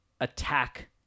attack